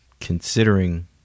considering